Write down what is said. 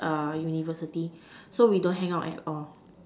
err university so we don't hang out at all